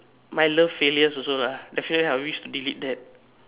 my love failures also lah definitely I wish to delete that